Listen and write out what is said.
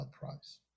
Prize